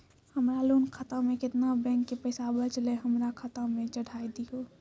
हमरा लोन खाता मे केतना बैंक के पैसा बचलै हमरा खाता मे चढ़ाय दिहो?